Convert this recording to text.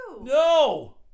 No